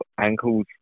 ankles